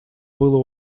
было